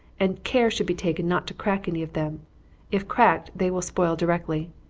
and care should be taken not to crack any of them if cracked, they will spoil directly.